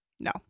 No